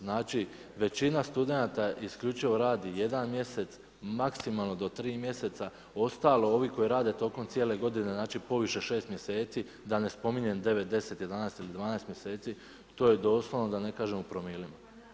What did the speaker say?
Znači većina studenata isključivo radi jedan mjesec, maksimalno do tri mjeseca, ostalo ovi koji rade tokom cijele godine, znači poviše 6 mjeseci, da ne spominjem 9, 10, 11 ili 12 mjeseci, to je doslovno da ne kažem u promilima.